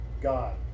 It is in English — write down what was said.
God